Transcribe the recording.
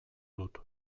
dut